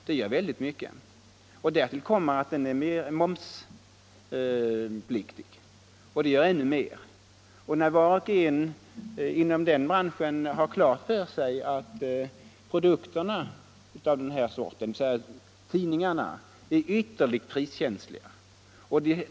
Det betyder väldigt mycket. Därtill kommer att den är momspliktig och det tynger ännu mer. Var och en inom den branschen har klart för sig att dessa tidningar är ytterligt priskänsliga.